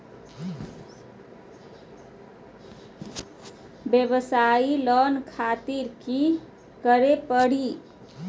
वयवसाय लोन खातिर की करे परी?